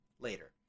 later